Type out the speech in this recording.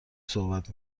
صحبت